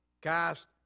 cast